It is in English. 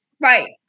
Right